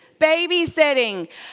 Babysitting